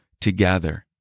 together